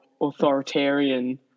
authoritarian